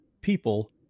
people